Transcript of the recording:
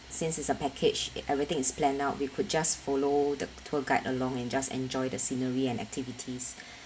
since it's a package it everything is planned out we could just follow the tour guide along and just enjoy the scenery and activities